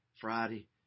Friday